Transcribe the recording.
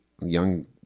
young